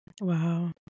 wow